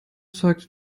zeigte